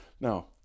Now